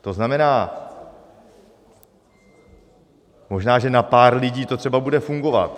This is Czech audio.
To znamená, možná že na pár lidí to třeba bude fungovat.